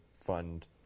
fund